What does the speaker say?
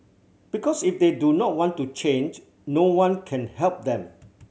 because if they do not want to change no one can help them